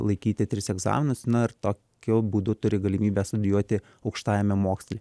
laikyti tris egzaminus na ir tokiu būdu turi galimybę studijuoti aukštajame moksle